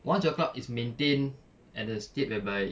once your club is maintained at the state whereby